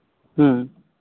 ᱦᱮᱸ